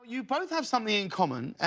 you both have something in common.